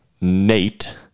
nate